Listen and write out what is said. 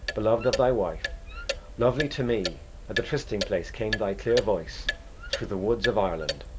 beloved of thy wife lovely to me at the trysting-place came thy clear voice through the woods of ireland.